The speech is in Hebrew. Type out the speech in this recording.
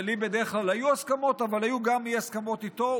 ולי בדרך כלל היו הסכמות אבל היו גם אי-הסכמות איתו.